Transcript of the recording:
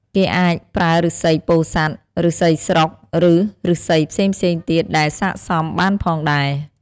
គេអាចប្រើឫស្សីពោធិ៍សាត់ ឫស្សីស្រុក ឬឫស្សីផ្សេងៗទៀតដែលស័ក្តិសមបានផងដែរ។